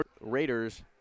Raiders